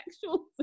sexual